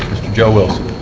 joe wilson.